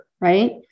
right